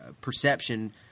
perception